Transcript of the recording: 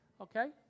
Okay